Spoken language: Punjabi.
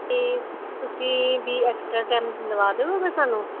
ਤੇ ਤੁਸੀਂ ਵੀ ਐਕਸਟਰਾ ਟਾਈਮ ਲਵਾ ਦਿਓਗੇ ਫਿਰ ਸਾਨੂੰ